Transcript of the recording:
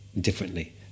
differently